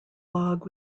log